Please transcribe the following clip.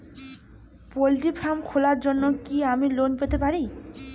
Poultry farm খোলার জন্য কি আমি লোন পেতে পারি?